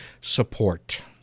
support